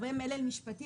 והרבה מלל משפטי.